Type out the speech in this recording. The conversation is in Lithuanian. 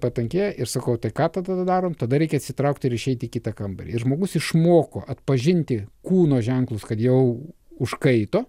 patankėja ir sakau tai ką tada darom tada reikia atsitraukti ir išeiti į kitą kambarį ir žmogus išmoko atpažinti kūno ženklus kad jau užkaito